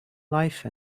life